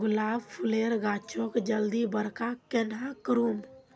गुलाब फूलेर गाछोक जल्दी बड़का कन्हे करूम?